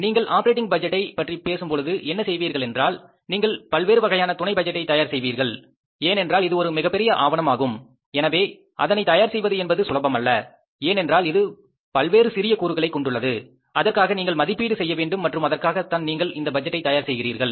நீங்கள் ஆப்பரேட்டிங் பட்ஜெட்டை பற்றி பேசும்பொழுது என்ன செய்வீர்களென்றால் நீங்கள் பல்வேறு வகையான துணை பட்ஜெட்டை தயார் செய்வீர்கள் ஏனென்றால் இது ஒரு மிகப்பெரிய ஆவணமாகும் எனவே அதனை தயார் செய்வது என்பது சுலபமல்ல ஏனென்றால் இது பல்வேறு சிறிய கூறுகளை கொண்டுள்ளது அதற்காக நீங்கள் மதிப்பீடு செய்ய வேண்டும் மற்றும் அதற்காகத்தான் நீங்கள் இந்த பட்ஜெட்டை தயார் செய்ய்கின்றீர்கள்